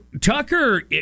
Tucker